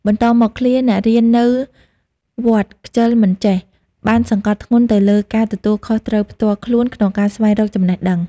បន្តមក ឃ្លា "អ្នករៀននៅ (វត្ត) ខ្ជិលមិនចេះ" បានសង្កត់ធ្ងន់ទៅលើការទទួលខុសត្រូវផ្ទាល់ខ្លួនក្នុងការស្វែងរកចំណេះដឹង។